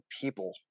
people